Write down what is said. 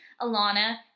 Alana